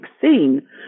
scene